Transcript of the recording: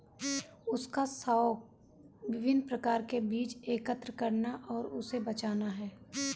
उसका शौक विभिन्न प्रकार के बीज एकत्र करना और उसे बचाना है